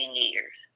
years